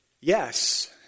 Yes